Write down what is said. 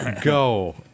go